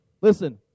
listen